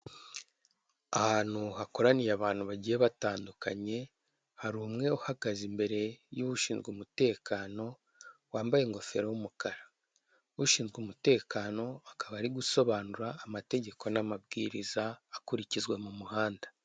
Ahantu hakoraniye abantu bagiye batandukanye, hari umwe uhagaze imbere y'ushinzwe umutekano wambaye ingofero y'umukara. Ushinzwe umutekano akaba ari gusobanura amategeko n'amabwiriza akurikizwa mu muhanda.